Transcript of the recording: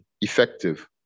effective